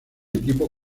equipo